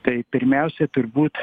tai pirmiausia turbūt